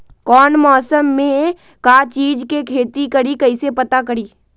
कौन मौसम में का चीज़ के खेती करी कईसे पता करी?